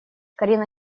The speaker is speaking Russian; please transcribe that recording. карина